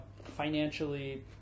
financially